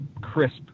crisp